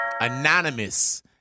Anonymous